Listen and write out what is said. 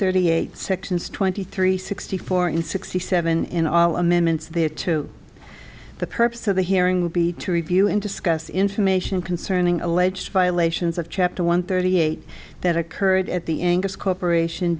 thirty eight sections twenty three sixty four and sixty seven in all amendments there to the purpose of the hearing will be to review and discuss information concerning alleged violations of chapter one thirty eight that occurred at the end as corporation